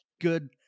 good